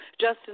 Justin